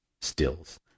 stills